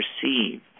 perceive